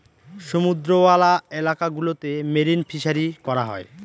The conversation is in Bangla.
সমুদ্রওয়ালা এলাকা গুলোতে মেরিন ফিসারী করা হয়